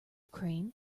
crane